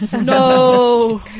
No